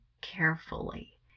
carefully